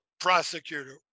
prosecutor